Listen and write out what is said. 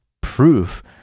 proof